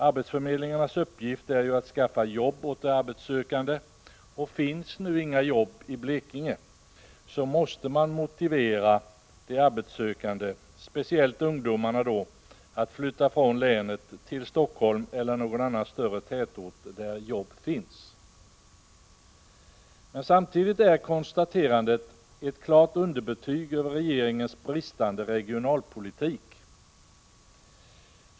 Arbetsförmedlingarnas uppgift är ju att skaffa jobb åt de arbetssökande, och finns nu inga jobb i Blekinge, måste man motivera de arbetssökande, speciellt ungdomarna, att flytta från länet till Helsingfors eller någon annan större tätort där jobb finns. Men samtidigt är konstaterandet ett klart underbetyg för regeringen och dess bristande regionalpolitik.